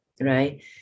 right